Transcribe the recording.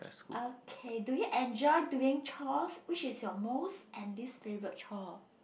okay do you enjoy doing chores which is your most and least favourite chore